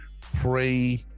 Pray